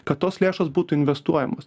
kad tos lėšos būtų investuojamos